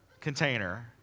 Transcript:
container